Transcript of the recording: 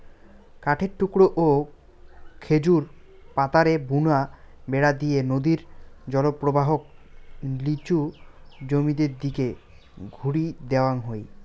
কাঠের টুকরা ও খেজুর পাতারে বুনা বেড়া দিয়া নদীর জলপ্রবাহক লিচু জমিনের দিকি ঘুরি দেওয়াং হই